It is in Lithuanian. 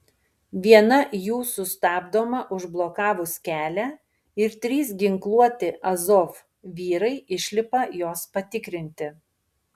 viena jų sustabdoma užblokavus kelią ir trys ginkluoti azov vyrai išlipa jos patikrinti